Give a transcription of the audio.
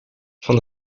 van